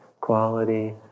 quality